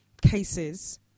cases